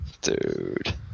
Dude